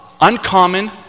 uncommon